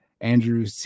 Andrew